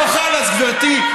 לא, לא חלאס, גברתי.